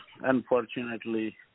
unfortunately